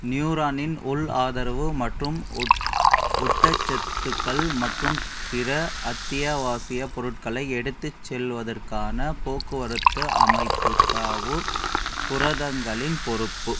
நியூரானின் உள் ஆதரவு மற்றும் உட் ஊட்டச்சத்துக்கள் மற்றும் பிற அத்தியாவசிய பொருட்களை எடுத்துச் செல்வதற்கான போக்குவரத்து அமைப்பு தாவு புரதங்களின் பொறுப்பு